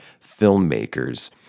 filmmakers